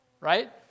right